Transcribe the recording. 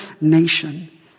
nation